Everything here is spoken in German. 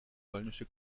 polnische